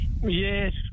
Yes